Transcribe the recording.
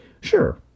sure